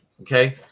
Okay